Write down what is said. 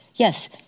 Yes